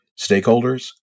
stakeholders